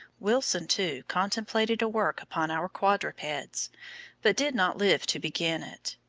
wilson, too, contemplated a work upon our quadrupeds, but did not live to begin it.